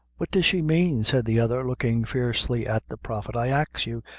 what does she mane? said the other, looking fiercely at the prophet i ax you,